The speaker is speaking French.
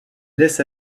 laisse